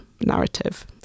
narrative